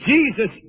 Jesus